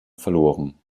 verloren